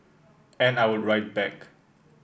and I would write back